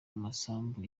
masambu